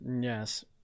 Yes